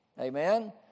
Amen